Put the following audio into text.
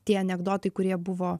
tie anekdotai kurie buvo